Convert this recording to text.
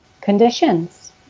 conditions